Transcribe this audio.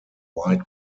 white